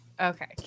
okay